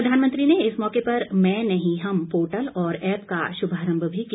प्रधानमंत्री ने इस मौके पर मैं नहीं हम पोर्टल और ऐप का शुभारंभ भी किया